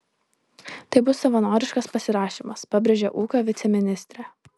tai bus savanoriškas pasirašymas pabrėžia ūkio viceministrė